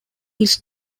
his